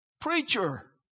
Preacher